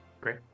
Great